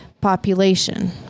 population